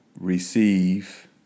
receive